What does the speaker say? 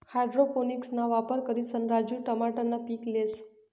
हाइड्रोपोनिक्सना वापर करिसन राजू टमाटरनं पीक लेस